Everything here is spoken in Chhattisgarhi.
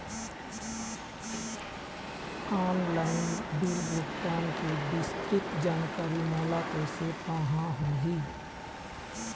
ऑनलाइन बिल भुगतान के विस्तृत जानकारी मोला कैसे पाहां होही?